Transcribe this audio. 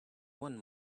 one